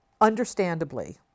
understandably